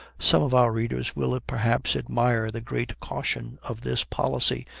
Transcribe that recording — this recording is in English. some of our readers will, perhaps, admire the great caution of this policy,